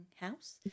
house